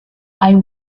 i’ll